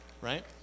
right